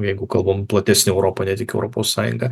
jeigu kalbam platesne europa ne tik europos sąjunga